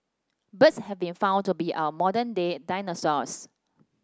birds have been found to be our modern day dinosaurs